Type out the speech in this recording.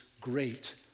great